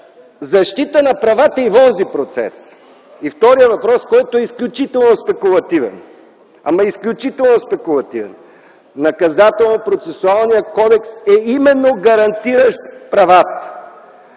защита на правата в онзи процес. Втори въпрос, който е изключително спекулативен, ама изключително спекулативен! Наказателно - процесуалният кодекс е именно гарантиращ правата.